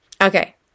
Okay